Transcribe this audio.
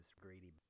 greedy